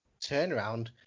turnaround